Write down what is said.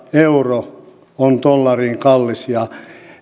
euro on suhteessa dollariin kallis ja